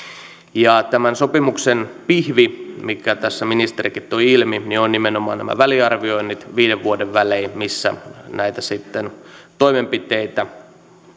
tämän sopimuksen pihvi minkä tässä ministerikin toi ilmi on nimenomaan nämä väliarvioinnit viiden vuoden välein missä sitten näitä toimenpiteitä